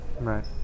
right